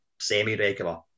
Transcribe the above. semi-regular